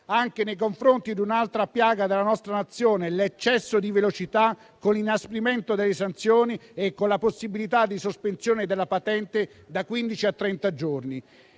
anche nei confronti di un'altra piaga della nostra Nazione, l'eccesso di velocità, con l'inasprimento delle sanzioni e con la possibilità di sospensione della patente da quindici